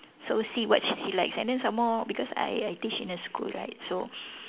so see what she she likes and then some more because I I teach in a school right so